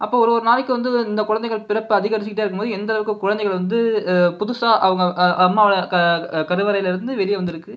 அப்போ ஒரு ஒரு நாளைக்கு வந்து இந்த குழந்தைங்கள் பிறப்பு அதிகரிச்சிகிட்டே இருக்குபோது எந்த அளவுக்கு குழந்தைங்கள வந்து புதுசாக அவங்க அ அம்மா க கருவறையில இருந்து வெளியே வந்துருக்கு